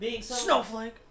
Snowflake